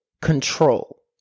control